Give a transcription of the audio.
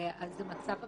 וזה מצב אבסורדי.